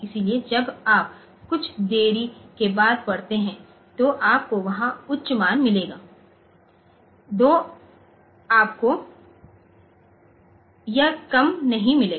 इसलिए जब आप कुछ देरी के बाद पढ़ते हैं तो आपको वहां उच्च मान मिलेगा तो आपको यह कम नहीं मिलेगा